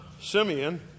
Simeon